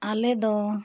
ᱟᱞᱮ ᱫᱚ